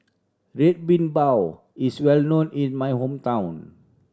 Red Bean Bao is well known in my hometown